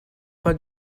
pas